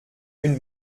une